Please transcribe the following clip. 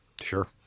Sure